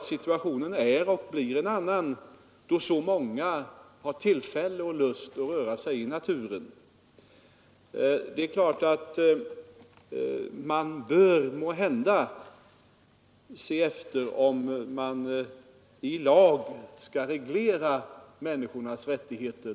Situationen blir en annan då allt fler har tillfälle och lust att ströva i skog och mark. Man bör måhända se efter om man i lag skall reglera människornas rättigheter i det här avseendet.